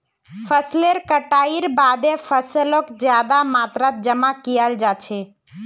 फसलेर कटाईर बादे फैसलक ज्यादा मात्रात जमा कियाल जा छे